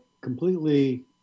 completely